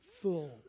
full